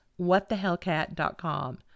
whatthehellcat.com